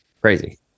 Crazy